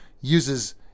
uses